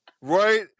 right